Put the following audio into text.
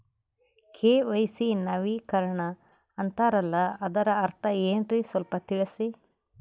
KYC ನವೀಕರಣ ಅಂತಾರಲ್ಲ ಅದರ ಅರ್ಥ ಏನ್ರಿ ಸ್ವಲ್ಪ ತಿಳಸಿ?